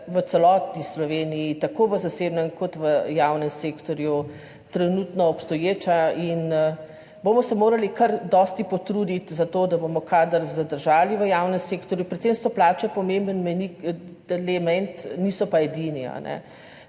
v celotni Sloveniji, tako v zasebnem kot v javnem sektorju, trenutno obstoječa in se bomo morali kar precej potruditi za to, da bomo kader zadržali v javnem sektorju. Pri tem so plače pomemben element, niso pa edini.